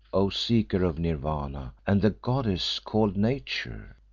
o seeker of nirvana, and the goddess called nature